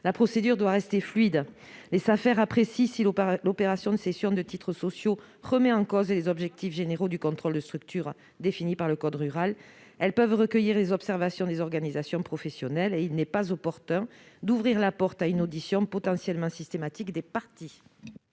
qu'elle doit rester fluide. Les Safer apprécient si l'opération de cession de titres sociaux remet en cause les objectifs généraux du contrôle de structure défini par le code rural. Elles peuvent recueillir les observations des organisations professionnelles. Il n'est pas opportun d'ouvrir la voie à une audition systématique des parties.